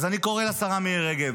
אז אני קורא לשרה מירי רגב,